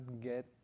get